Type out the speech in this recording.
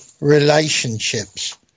relationships